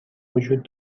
وجود